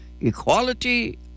equality